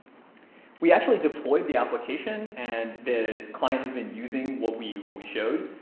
we actually deployed the application, and the client has been using what we what we showed.